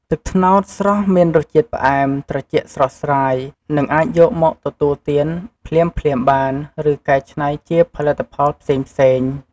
ទឹកត្នោតស្រស់មានរសជាតិផ្អែម ត្រជាក់ស្រស់ស្រាយ និងអាចយកមកទទួលទានភ្លាមៗបាន ឬកែច្នៃជាផលិតផលផ្សេងៗ។